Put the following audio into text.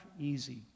easy